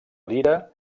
lira